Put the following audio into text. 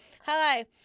Hi